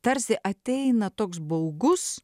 tarsi ateina toks baugus